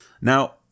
Now